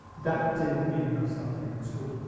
that didn't mean no suffering at all.